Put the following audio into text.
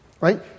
right